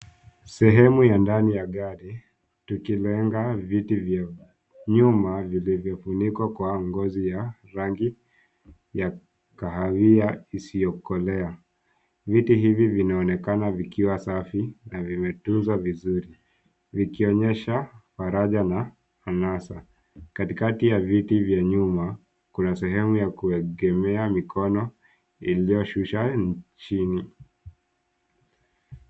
Sehemu ya ndani ya gari tukilenga vitu vya nyuma vilivyofunikwa kwa ngozi ya rangi ya kahawia isiyokolea. Viti hivi vinaonekana vikiwa safi na vimetunzwa vizuri vikionyesha faraja na anasa. Katikati ya viti vya nyuma, kuna sehemu ya kuegemea mikono iliyoshusha chini.